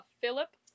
Philip